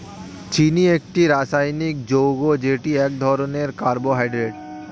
চিনি একটি রাসায়নিক যৌগ যেটি এক ধরনের কার্বোহাইড্রেট